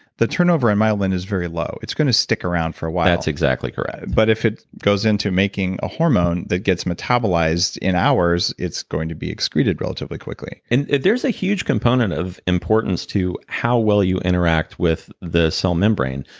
the turnover on myelin is very low. it's going to stick around for a while that's exactly correct but if it goes into making a hormone that gets metabolized in hours, it's going to be excreted relatively quickly and there's a huge component of importance to how well you interact with the cell membrane.